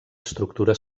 estructura